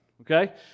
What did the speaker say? okay